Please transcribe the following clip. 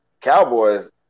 Cowboys